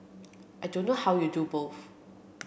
I don't know how you do both